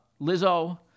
lizzo